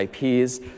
IPs